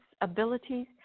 abilities